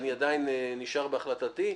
אני עדיין נשאר בהחלטתי,